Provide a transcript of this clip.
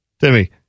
Timmy